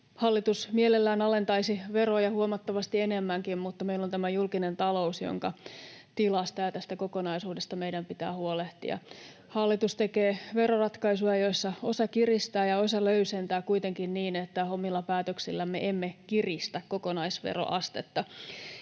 hallitus mielellään alentaisi veroja huomattavasti enemmänkin, mutta meillä on tämä julkinen talous, jonka tilasta ja tästä kokonaisuudesta meidän pitää huolehtia. Hallitus tekee veroratkaisuja, joissa osa kiristää ja osa löysentää, kuitenkin niin, että omilla päätöksillämme emme kiristä kokonaisveroastetta.